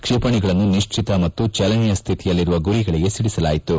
ಕ್ಷಿಪಣಿಗಳನ್ನು ನಿಶ್ಚಿತ ಮತ್ತು ಚಲನೆಯ ಸ್ನಿತಿಯಲ್ಲಿರುವ ಗುರಿಗಳಿಗೆ ಸಿಡಿಸಲಾಯಿತು